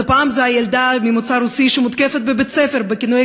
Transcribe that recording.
אז פעם זו הילדה ממוצא רוסי שמותקפת בבית-הספר בכינויי